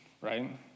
Right